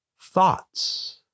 thoughts